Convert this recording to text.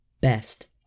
best